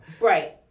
right